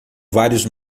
vários